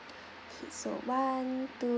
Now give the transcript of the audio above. okay so one two